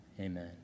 amen